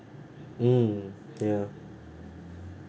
mm ya